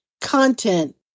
content